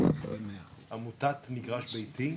עמותת מגרש ביתי,